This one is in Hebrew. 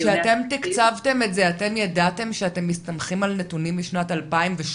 כשאתם תקצבתם את זה ידעתם שאתם מסתמכים על נתונים משנת 2017,